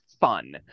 fun